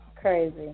crazy